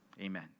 Amen